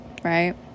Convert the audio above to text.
right